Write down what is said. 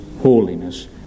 holiness